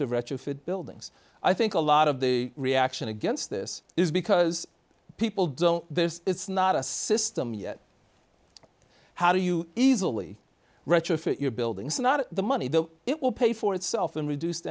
to retrofit buildings i think a lot of the reaction against this is because people don't this is not a system yet how do you easily retrofit your buildings not the money that it will pay for itself in reduced